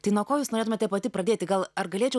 tai nuo ko jūs norėtumėte pati pradėti gal ar galėčiau